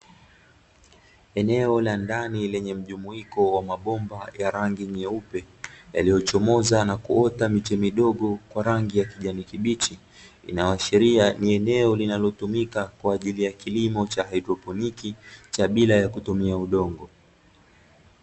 Eneo la ndani lenye mjumuiko wa mabomba ya rangi nyeupe, yaliyochomoza na kuota miche midogo kwa rangi ya kijani kibichi, inaashiria ni eneo linalotumika kwa ajili ya kilimo cha hydroponiki cha bila ya kutumia udongo.